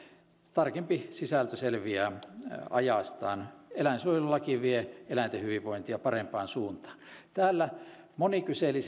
tarkempi sisältö selviää ajastaan eläinsuojelulaki vie eläinten hyvinvointia parempaan suuntaan täällä moni kyseli